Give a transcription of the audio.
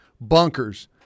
bunkers